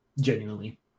Genuinely